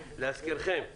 להזכירכם,